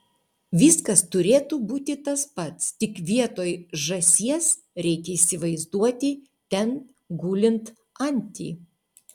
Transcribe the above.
viskas turėtų būti tas pats tik vietoj žąsies reikia įsivaizduoti ten gulint antį